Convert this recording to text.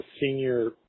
senior